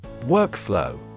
Workflow